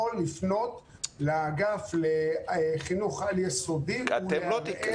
יכול לפנות לאגף לחינוך על-יסודי ולערער על המנגנון.